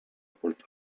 puerto